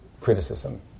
criticism